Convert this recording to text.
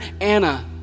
Anna